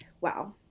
Wow